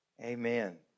Amen